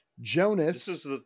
jonas